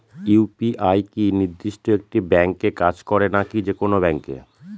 UPI কি নির্দিষ্ট একটি ব্যাংকে কাজ করে নাকি যে কোনো ব্যাংকে?